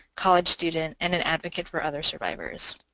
college student, and an advocate for other survivors.